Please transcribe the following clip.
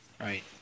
right